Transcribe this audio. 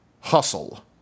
Hustle